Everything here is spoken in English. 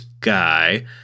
guy